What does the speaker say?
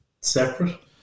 Separate